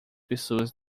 pessoas